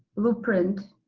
blueprint,